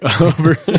over